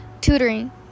tutoring